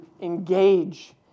engage